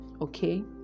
Okay